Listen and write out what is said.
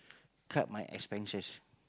cut my expenses